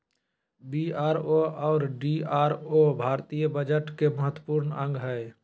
BRO और DRDO भारतीय budget के महत्वपूर्ण अंग हय